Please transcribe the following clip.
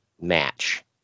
match